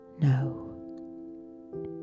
No